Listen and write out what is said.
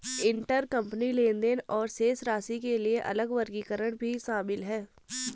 intercompany लेनदेन और शेष राशि के लिए अलग वर्गीकरण भी शामिल हैं